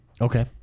Okay